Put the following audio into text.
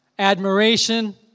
admiration